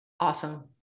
Awesome